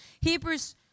Hebrews